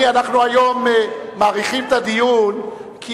אנחנו מאריכים היום את הדיון כי